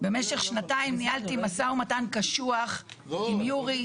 במשך שנתיים ניהלתי משא ומתן קשוח עם יורי,